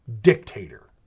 dictator